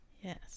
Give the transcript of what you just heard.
Yes